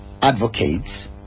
advocates